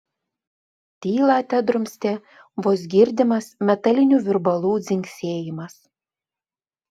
tylą tedrumstė vos girdimas metalinių virbalų dzingsėjimas